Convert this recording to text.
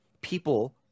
people